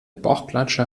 bauchklatscher